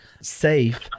safe